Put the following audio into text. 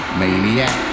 maniac